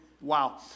wow